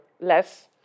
less